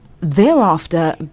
Thereafter